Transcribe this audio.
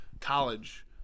college